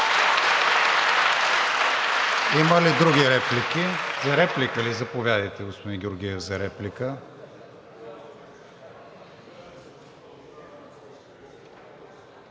Има ли други реплики? За реплика ли? Заповядайте, господин Георгиев, за реплика.